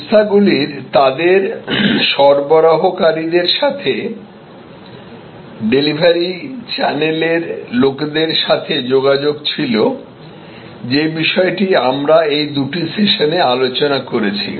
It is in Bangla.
সংস্থাগুলির তাদের সরবরাহকারীদের সাথেডেলিভারি চ্যানেলের লোকেদের সাথে যোগাযোগ ছিল যে বিষয়টি আমরা এই দুটি সেশনে আলোচনা করেছি